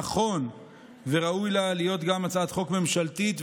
נכון וראוי לה להיות גם הצעת חוק ממשלתית,